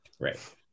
Right